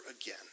again